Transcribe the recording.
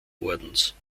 ordens